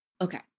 Okay